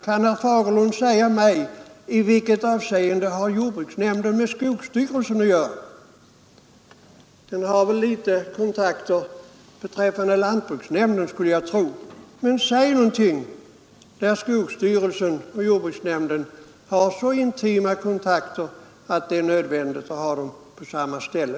Kan herr Fagerlund säga mig i vilket avseende jordbruksnämnden har med skogsstyrelsen att göra. Jag skulle tro att skogsstyrelsen har några kontakter med lantbruksnämnden, men säg någonting där skogsstyrelsen och jordbruksnämnden har så intima kontakter att det är nödvändigt att de båda institutionerna ligger på samma ställe!